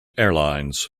airlines